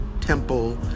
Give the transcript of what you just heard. temple